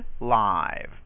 live